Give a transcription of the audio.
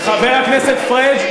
חבר הכנסת פריג',